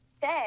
say